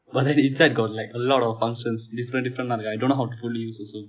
but then inside got like a lot of functions different different இருக்கு:irukku I don't know how to fully use also